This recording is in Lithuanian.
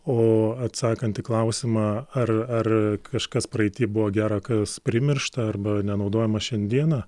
o atsakant į klausimą ar ar kažkas praeity buvo gera kas primiršta arba nenaudojama šiandieną